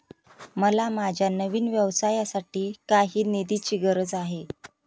मला माझ्या नवीन व्यवसायासाठी काही निधीची गरज आहे